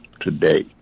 today